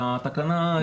התקנה,